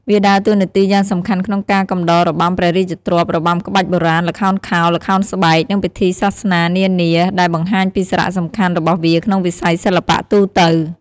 វាដើរតួនាទីយ៉ាងសំខាន់ក្នុងការកំដររបាំព្រះរាជទ្រព្យ របាំក្បាច់បុរាណ ល្ខោនខោល ល្ខោនស្បែក និងពិធីសាសនានាដែលបង្ហាញពីសារៈសំខាន់របស់វាក្នុងវិស័យសិល្បៈទូទៅ។